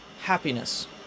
happiness